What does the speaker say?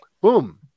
Boom